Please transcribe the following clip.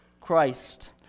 Christ